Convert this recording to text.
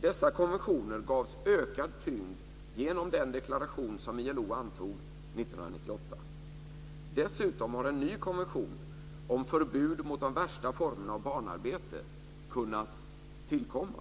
Dessa konventioner gavs ökad tyngd genom den deklaration som ILO antog 1998. Dessutom har en ny konvention om förbud mot den värsta formen av barnarbete kunnat tillkomma.